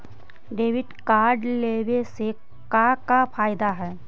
Debit card लेवे से का का फायदा है?